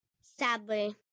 sadly